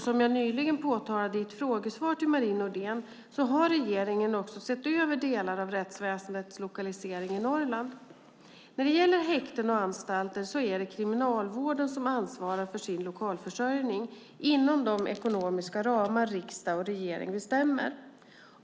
Som jag nyligen påtalade i ett frågesvar till Marie Nordén har regeringen också sett över delar av rättsväsendets lokalisering i Norrland. När det gäller häkten och anstalter är det Kriminalvården som ansvarar för sin lokalförsörjning inom de ekonomiska ramar riksdag och regering bestämmer.